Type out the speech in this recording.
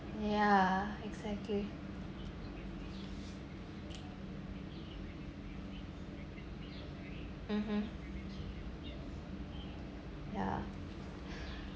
yeah exactly mmhmm yeah